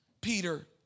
Peter